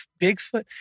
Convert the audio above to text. Bigfoot